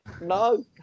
No